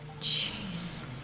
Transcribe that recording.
Jeez